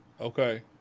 okay